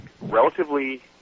relatively